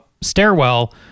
stairwell